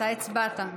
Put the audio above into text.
אתה הצבעת,